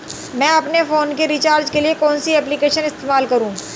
मैं अपने फोन के रिचार्ज के लिए कौन सी एप्लिकेशन इस्तेमाल करूँ?